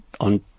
on